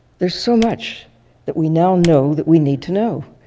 there's so much that we now know that we need to know.